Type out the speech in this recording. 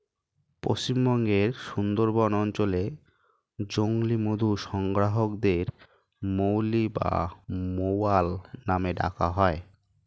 পশ্চিমবঙ্গের সুন্দরবন অঞ্চলে জংলী মধু সংগ্রাহকদের মৌলি বা মৌয়াল নামে ডাকা হয়